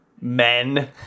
men